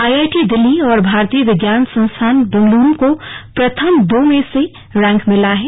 IIT Delhi और भारतीय विज्ञान संस्थान बंगलौर को प्रथम दो सौ में रैंक मिला है